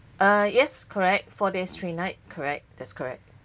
uh yes correct four days three nights correct that's correct